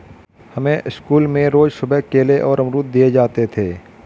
हमें स्कूल में रोज सुबह केले और अमरुद दिए जाते थे